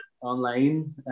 online